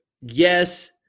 yes